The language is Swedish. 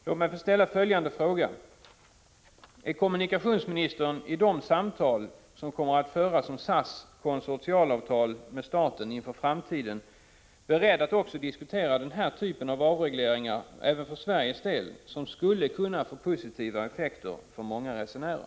Låt mig få ställa följande fråga: Är kommunikationsministern beredd att i de samtal som kommer att föras om SAS konsortialavtal med staten inför framtiden diskutera ett genomförande av den typ av avregleringar som förekommer utomlands även för Sveriges del, vilket skulle kunna få positiva effekter för många resenärer?